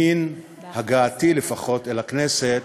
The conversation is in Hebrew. למן הגעתי אל הכנסת,